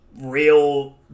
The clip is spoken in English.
real